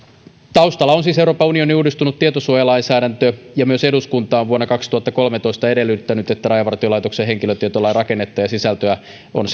taustalla on siis euroopan unionin uudistunut tietosuojalainsäädäntö ja myös eduskunta on vuonna kaksituhattakolmetoista edellyttänyt että rajavartiolaitoksen henkilötietolain rakennetta ja sisältöä on